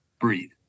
breathe